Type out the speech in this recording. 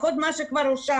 לפחות את מה שכבר אושר.